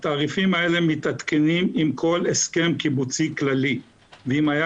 התעריפים האלה מתעדכנים עם כל הסכם קיבוצי כללי ואם היה